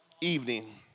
evening